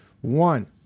one